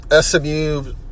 SMU